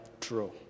true